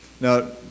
Now